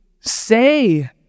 say